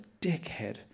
dickhead